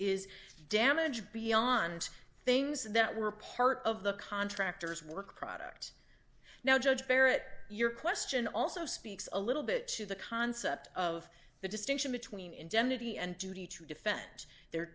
is damaged beyond things that were part of the contractor's work product now judge barrett your question also speaks a little bit to the concept of the distinction between indemnity and duty to defend the